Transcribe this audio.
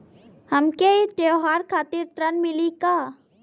हमके त्योहार खातिर ऋण मिली का?